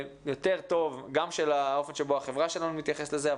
יותר טוב גם של האופן שבו החברה שלנו מתייחסת לזה,